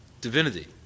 Divinity